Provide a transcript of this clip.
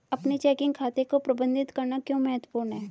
अपने चेकिंग खाते को प्रबंधित करना क्यों महत्वपूर्ण है?